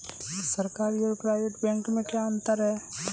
सरकारी और private bank में क्या अंतर है?